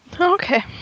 okay